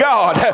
God